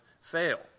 fail